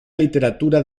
literatura